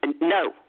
No